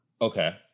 Okay